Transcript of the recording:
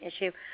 issue